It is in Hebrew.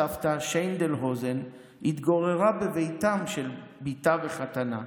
הסבתא, שיינדל האוזן, התגוררה בביתם של בתה וחתנה.